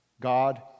God